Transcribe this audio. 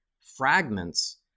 fragments